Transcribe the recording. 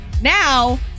now